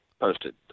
posted